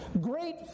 great